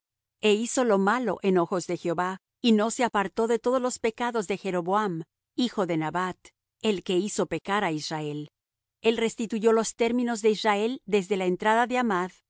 e hizo lo malo en ojos de jehová y no se apartó de todos los pecados de jeroboam hijo de nabat el que hizo pecar á israel el restituyó los términos de israel desde la entrada de amath